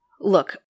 Look